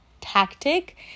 tactic